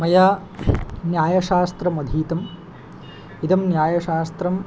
मया न्यायशास्त्रमधीतम् इदं न्यायशास्त्रं